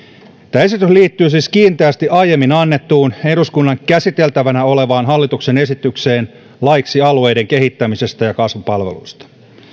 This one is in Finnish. tämä esitys liittyy siis kiinteästi aiemmin annettuun eduskunnan käsiteltävänä olevaan hallituksen esitykseen laiksi alueiden kehittämisestä ja kasvupalveluista